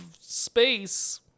space